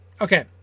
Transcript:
Okay